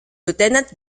lieutenant